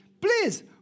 Please